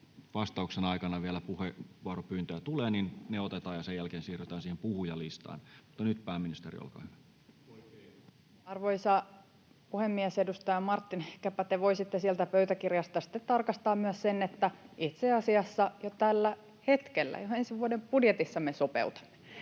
vastauksen aikana vielä tulee, otetaan ja sen jälkeen siirrytään puhujalistaan. — Mutta nyt pääministeri, olkaa hyvä. Arvoisa puhemies! Edustaja Marttinen, ehkäpä te voisitte sieltä pöytäkirjasta sitten tarkastaa myös sen, että itse asiassa jo tällä hetkellä, jo ensi vuoden budjetissa, me sopeutamme.